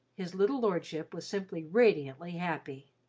his little lordship was simply radiantly happy.